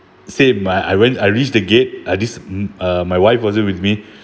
same I I went I reached the gate ah this uh my wife wasn't with me